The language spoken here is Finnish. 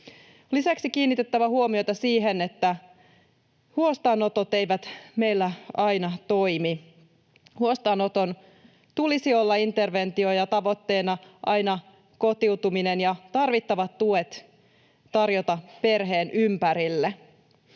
Lisäksi on kiinnitettävä huomiota siihen, että huostaanotot eivät meillä aina toimi. Huostaanoton tulisi olla interventio, ja tavoitteena tulisi olla aina kotiutuminen ja tarvittavat tuet tulisi tarjota perheen ympärille.